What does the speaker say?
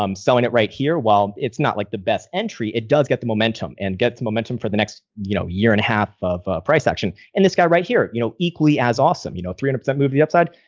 um selling it right here, while it's not like the best entry, it does get the momentum and gets the momentum for the next you know year and half of price action. and this guy right here, you know, equally as awesome, you know, three hundred percent move the upside.